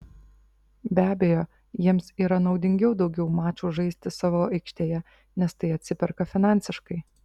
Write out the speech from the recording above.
be abejo jiems yra naudingiau daugiau mačų žaisti savo aikštėje nes tai atsiperka finansiškai